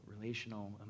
relational